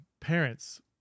parents